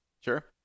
Sure